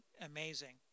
amazing